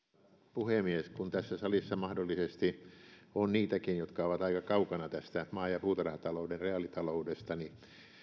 puhemies kun tässä salissa mahdollisesti on niitäkin jotka ovat aika kaukana tästä maa ja puutarhatalouden reaalitaloudesta niin